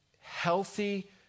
Healthy